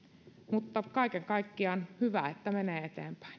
kaiken kaikkiaan hyvä että